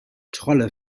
trolle